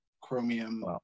Chromium